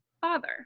father